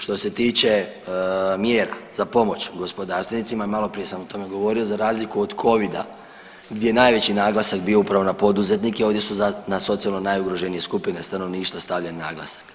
Što se tiče mjera za pomoć gospodarstvenicima, maloprije sam o tome govorio, za razliku od Covida gdje je najveći naglasak bio upravo na poduzetnike, ovdje su na socijalno najugroženije skupine stanovništva stavljen naglasak.